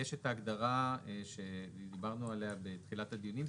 יש את ההגדרה שדיברנו עליה בתחילת הדיונים,